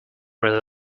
really